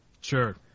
Sure